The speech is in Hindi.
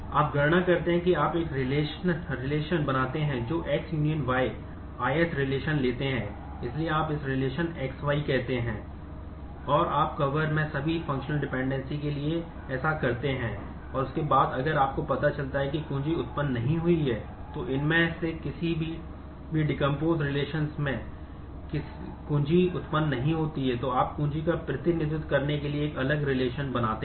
आप गणना करते हैं कि आप एक रिलेशन बनाते हैं